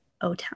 O-Town